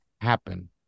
happen